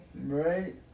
Right